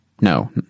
No